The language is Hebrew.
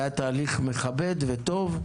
והיה תהליך מכבד וטוב,